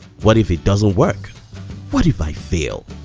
what if it doesn't work what if i fail?